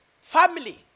family